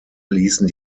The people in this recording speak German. ließen